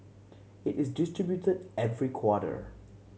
it is distributed every quarter